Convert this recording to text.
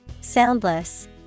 Soundless